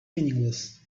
meaningless